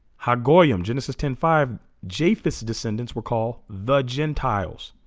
hog oi'm genesis ten five jf its descendants were called the gentiles